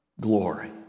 glory